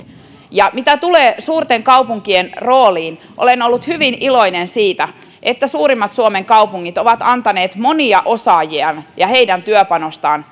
mitä tulee suurten kaupunkien rooliin olen ollut hyvin iloinen siitä että suurimmat suomen kaupungit ovat antaneet monia osaajiaan ja heidän työpanostaan